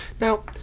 Now